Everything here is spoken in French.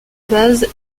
base